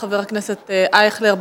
חבר הכנסת ישראל אייכלר,